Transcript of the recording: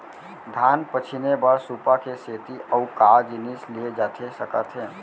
धान पछिने बर सुपा के सेती अऊ का जिनिस लिए जाथे सकत हे?